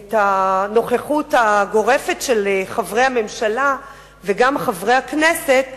את הנוכחות הגורפת של חברי הממשלה וגם של חברי הכנסת.